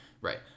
Right